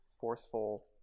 forceful